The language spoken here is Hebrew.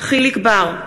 יחיאל חיליק בר,